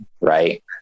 right